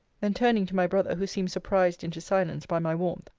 then turning to my brother, who seemed surprised into silence by my warmth,